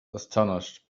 astonished